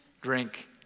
drink